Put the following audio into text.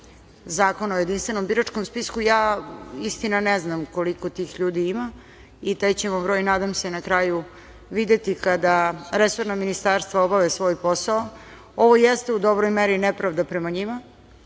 Zakona o jedinstvenom biračkom spisku, i ja istina ne znam koliko tih ljudi ima, i taj ćemo broj nadam se, videti kada resorna ministarstva obave svoj posao. Ovo jeste u dobroj meri nepravda prema njima,